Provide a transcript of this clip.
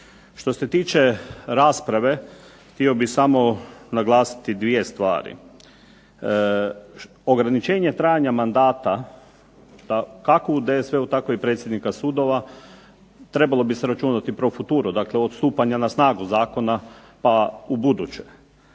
Što se tiče rasprave htio bih samo naglasiti dvije stvari. Ograničenje trajanja mandata kako u DSV-u tako i predsjednika sudova trebalo bi sračunati pro futuro. Dakle, od stupanja na snagu zakona pa u buduće.